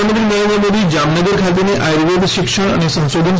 પ્રધાનમંત્રી નરેન્દ્ર મોદી જામનગર ખાતેની આર્યુર્વેદ શિક્ષણ અને સંશોધન